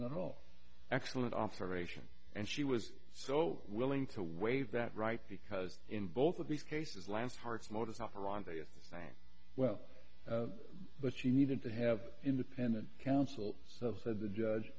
not all excellent observation and she was so willing to waive that right because in both of these cases lance hart's modus operandi assigned well but she needed to have independent counsel so said the judge